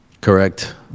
Correct